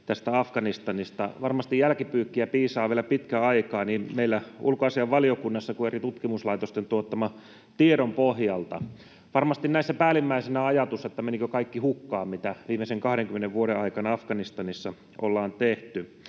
Afganistanista. Varmasti jälkipyykkiä piisaa vielä pitkän aikaa niin meillä ulkoasiainvaliokunnassa kuin eri tutkimuslaitosten tuottaman tiedon pohjalta. Varmasti näissä päällimmäisenä on ajatus, että menikö hukkaan kaikki, mitä viimeisen 20 vuoden aikana Afganistanissa ollaan tehty.